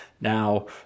Now